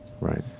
right